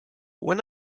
when